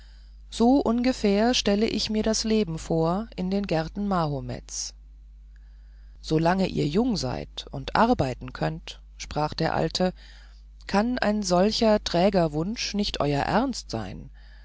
so ungefähr stelle ich mir das leben vor in den gärten mahomeds solange ihr jung seid und arbeiten könnt sprach der alte kann ein solcher träger wunsch nicht euer ernst sein